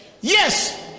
Yes